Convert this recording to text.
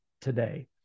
today